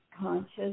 conscious